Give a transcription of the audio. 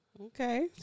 Okay